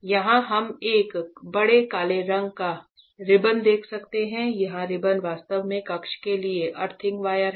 यहाँ हम एक बड़े काले रंग का रिबन देख सकते हैं यहाँ रिबन वास्तव में कक्ष के लिए अर्थिंग वायर है